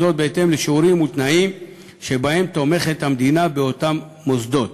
בשיעורים ובתנאים שבהם המדינה תומכת באותם מוסדות.